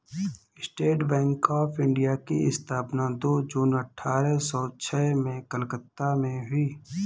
state Bank of India की स्थापना दो जून अठारह सो छह में कलकत्ता में हुई